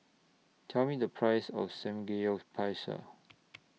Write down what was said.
Tell Me The Price of Samgeyopsal